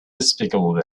despicable